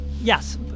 Yes